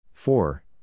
Four